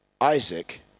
Isaac